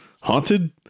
Haunted